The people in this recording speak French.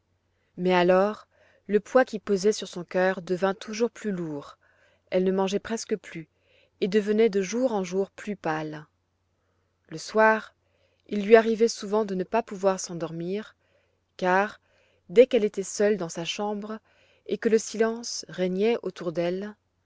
mais alors le poids qui pesait sur son cœur devint toujours plus lourd elle ne mangeait presque plus et devenait de jour en jour plus pâle le soir il lui arrivait souvent de ne pas pouvoir s'endormir car dès qu'elle était seule dans sa chambre et que le silence régnait autour d'elle